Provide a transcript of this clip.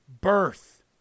birth